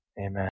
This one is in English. Amen